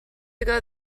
ago